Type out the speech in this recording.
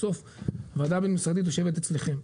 בסוף ועדה בין-משרדית יושבת אצלכם.